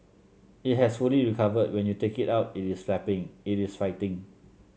it has fully recovered when you take it out it is flapping it is fighting